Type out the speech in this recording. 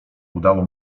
udało